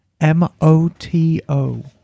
m-o-t-o